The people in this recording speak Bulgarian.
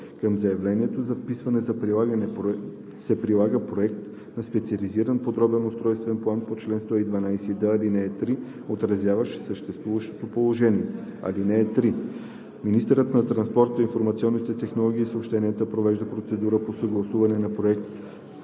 Към заявлението за вписване се прилага проект на специализиран подробен устройствен план по чл. 112д, ал. 3, отразяващ съществуващото положение. (3) Министърът на транспорта, информационните технологии и съобщенията провежда процедура по съгласуване на проекта